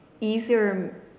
easier